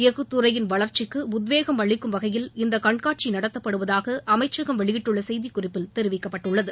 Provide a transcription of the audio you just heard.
எஃகு துறையின் வளர்ச்சிக்கு உத்வேகம் அளிக்கும் வகையில் இந்த கண்காட்சி நடத்தப்படுவதாக அமைச்சகம் வெளியிட்டுள்ள செய்திக்குறிப்பில் தெரிவித்துள்ளது